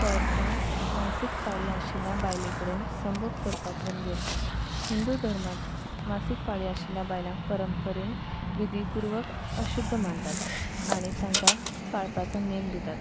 तोर्तांत मासीक पाळी आशिल्ल्या बायले कडेन संभोग करपाक बंदी आसा हिंदू धर्मांत मासीक पाळी आशिल्ल्या बायलांक परंपरेन विधी पूर्वक अशुध्द मानतात आनी तांकां पाळपाचो नेम दितात